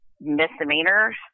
misdemeanors